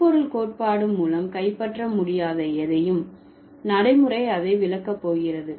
சொற்பொருள் கோட்பாடு மூலம் கைப்பற்ற முடியாத எதையும் நடைமுறை அதை விளக்கபோகிறது